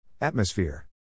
Atmosphere